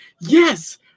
yes